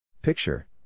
Picture